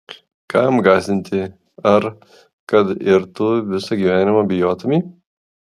kam gąsdinti ar kad ir tu visą gyvenimą bijotumei